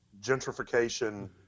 gentrification